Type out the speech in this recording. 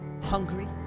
hungry